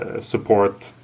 support